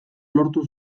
lortu